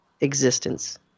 existence